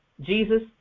Jesus